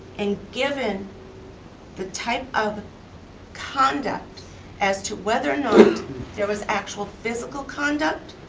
and given the type of conduct as to whether or not there was actual physical conduct